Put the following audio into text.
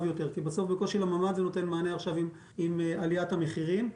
בסוף בקושי לממ"ד זה נותן מענה עם עליית המחירים עכשיו,